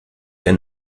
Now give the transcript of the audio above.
ihr